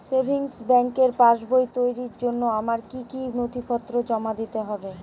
Savings ব্যাংকের পাসবই তৈরির জন্য আমার কি কি নথিপত্র জমা দিতে হবে?